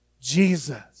Jesus